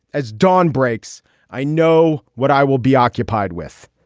as dawn breaks i know what i will be occupied with.